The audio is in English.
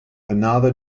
another